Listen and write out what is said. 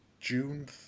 June